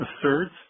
asserts